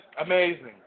Amazing